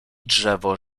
drzewo